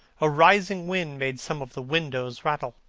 a rising wind made some of the windows rattle.